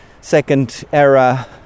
second-era